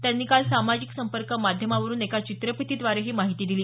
त्यांनी काल सामाजिक संपर्क माध्यमावरून एका चित्रफितीद्वारे ही माहिती दिली